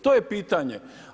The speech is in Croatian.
To je pitanje.